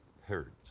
heard